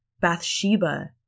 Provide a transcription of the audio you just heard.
Bathsheba